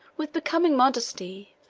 with becoming modesty,